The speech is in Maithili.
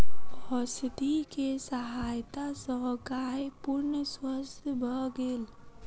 औषधि के सहायता सॅ गाय पूर्ण स्वस्थ भ गेल